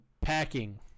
Packing